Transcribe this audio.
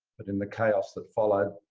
but in the chaos that followed,